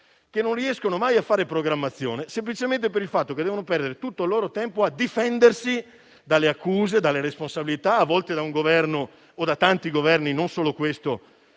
che non riescono mai a fare programmazione, semplicemente per il fatto che devono perdere tutto il loro tempo a difendersi dalle accuse, dalle responsabilità, a volte da un Governo ostile - dai tanti che lo sono, non solo questo